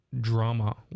drama